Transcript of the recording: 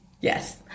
yes